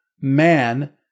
man